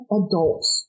adults